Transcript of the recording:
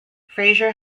fraser